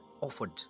offered